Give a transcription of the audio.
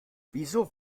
wieso